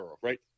right